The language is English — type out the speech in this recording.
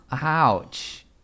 Ouch